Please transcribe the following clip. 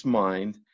mind